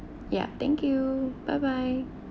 yeah thank you bye bye